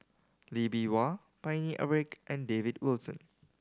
Lee Bee Wah Paine Eric and David Wilson